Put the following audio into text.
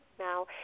Now